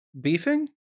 beefing